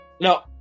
No